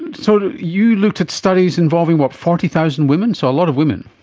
and sort of you looked at studies involving, what, forty thousand women? so, a lot of women.